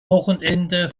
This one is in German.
wochenende